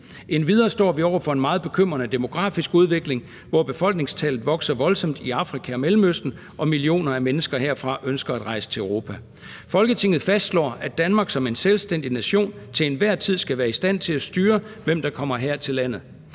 Endvidere står vi over for en meget bekymrende demografisk udvikling, hvor befolkningstallet vokser voldsomt i Afrika og Mellemøsten og millioner af mennesker herfra ønsker at rejse til Europa. Folketinget fastslår, at Danmark som en selvstændig nation til enhver tid skal være i stand til at styre, hvem der kommer her til landet.